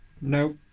No